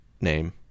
name